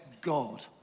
God